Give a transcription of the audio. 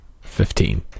Fifteen